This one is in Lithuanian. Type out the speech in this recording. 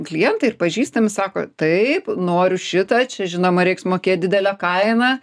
klientai ir pažįstami sako taip noriu šitą čia žinoma reiks mokėt didelę kainą